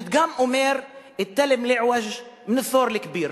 הפתגם אומר: אל-תַלְם אל-אַעְוַג' מִן אל-תַ'וּר אל-כְּבִּיר,